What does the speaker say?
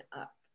up